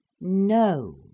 No